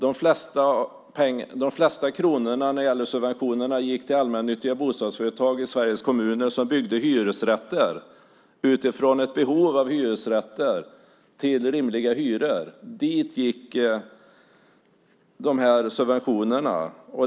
De flesta kronorna, när det gäller subventionerna, gick till allmännyttiga bostadsföretag i Sveriges kommuner som byggde hyresrätter utifrån ett behov av hyresrätter till rimliga hyror. Dit gick de här subventionerna.